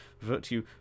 virtue